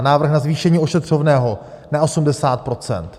Návrh na zvýšení ošetřovného na 80 %.